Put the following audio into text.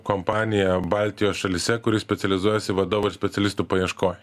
kompanija baltijos šalyse kuri specializuojasi vadovų ir specialistų paieškoj